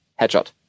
headshot